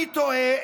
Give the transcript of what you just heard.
אני תוהה